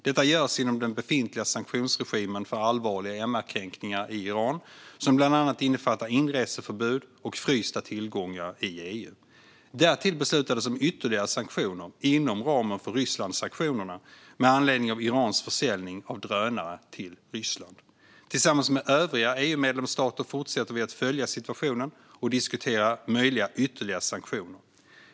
Detta görs inom den befintliga sanktionsregimen för allvarliga MR-kränkningar i Iran, som bland annat innefattar inreseförbud och frysta tillgångar i EU. Därtill beslutades om ytterligare sanktioner inom ramen för Rysslandssanktionerna med anledning av Irans försäljning av drönare till Ryssland. Tillsammans med övriga EU-medlemsstater fortsätter vi att följa situationen och diskutera möjliga ytterligare sanktioner.